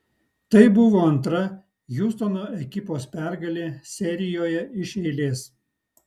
tai buvo antra hjustono ekipos pergalė serijoje iš eilės